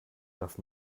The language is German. darf